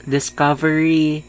Discovery